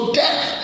death